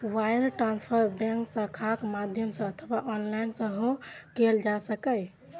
wire transfer bank शाखाक माध्यम सं अथवा ऑनलाइन सेहो कैल जा सकैए